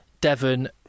Devon